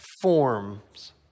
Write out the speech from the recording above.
forms